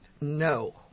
no